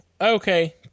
Okay